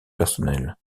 personnel